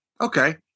Okay